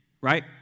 right